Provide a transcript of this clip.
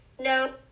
no